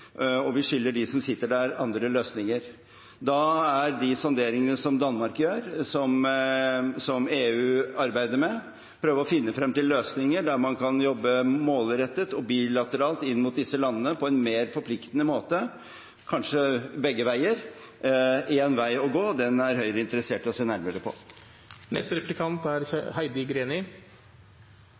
og vi skylder dem som sitter der, andre løsninger. Da er de sonderingene som Danmark gjør, som EU arbeider med, å prøve å finne frem til løsninger der man kan jobbe målrettet og bilateralt inn mot disse landene på en mer forpliktende måte, kanskje begge veier, én vei å gå, og den er Høyre interessert i å se nærmere på.